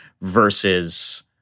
Versus